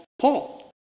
paul